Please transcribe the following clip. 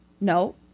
no